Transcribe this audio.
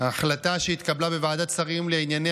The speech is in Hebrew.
ההחלטה שהתקבלה בוועדת השרים לענייני